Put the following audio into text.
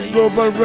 Global